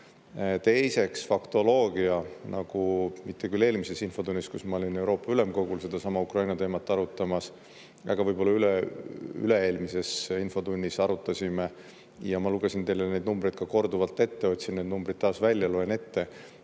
Teiseks, faktoloogia, mitte küll eelmises infotunnis, kus ma olin Euroopa Ülemkogul sedasama Ukraina teemat arutamas, aga võib-olla üle-eelmises infotunnis arutasime ja ma lugesin teile neid numbreid ka korduvalt ette, otsin need numbrid taas välja, loen ette.